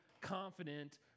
confident